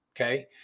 okay